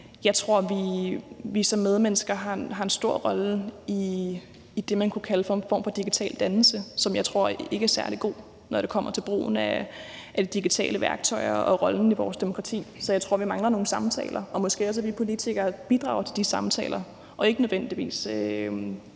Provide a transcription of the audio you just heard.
Jeg tror, vi som medmennesker har en stor rolle i det, man kunne kalde en form for digital dannelse, som jeg tror ikke er særlig god, når det kommer til brugen af digitale værktøjer og rollen i vores demokrati. Så jeg tror, vi mangler nogle samtaler og måske også, at vi politikere bidrager til de samtaler – og ikke nødvendigvis